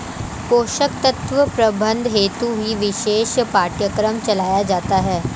पोषक तत्व प्रबंधन हेतु ही विशेष पाठ्यक्रम चलाया जाता है